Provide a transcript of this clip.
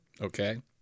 Okay